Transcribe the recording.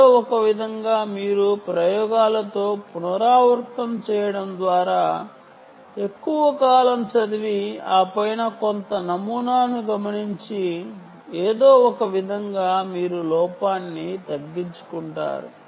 ఏదో ఒకవిధంగా మీరు ప్రయోగాలతో పునరావృతం చేయడం ద్వారా ఎక్కువ కాలం చదివి ఆపై కొంత నమూనాను గమనించి ఏదో ఒకవిధంగా మీరు లోపాన్ని తగ్గించుకుంటారు